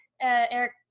eric